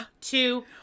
two